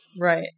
Right